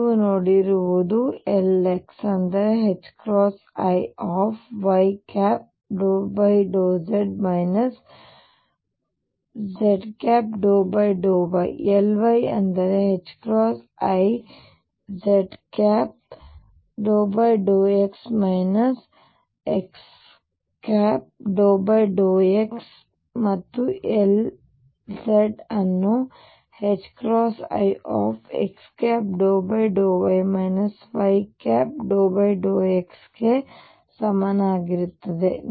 ಆದ್ದರಿಂದ ನೀವು ನೋಡುವುದು Lx ಅಂದರೆ i y∂z z∂y Ly ಅಂದರೆ i z∂x x∂z ಮತ್ತು Lz ಇದು i x∂y y∂x ಗೆ ಸಮನಾಗಿರುತ್ತದೆ